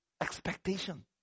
expectation